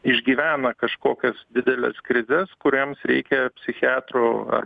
išgyvena kažkokias dideles krizes kurioms reikia psichiatro ar